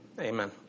amen